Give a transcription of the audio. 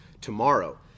tomorrow